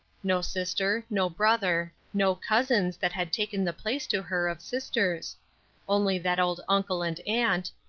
no sister, no brother, no cousins that had taken the place to her of sisters only that old uncle and aunt,